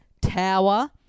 Tower